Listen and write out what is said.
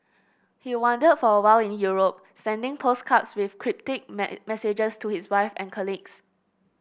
he wandered for a while in Europe sending postcards with cryptic messages to his wife and colleagues